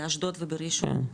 באשדוד ובראשון,